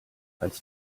als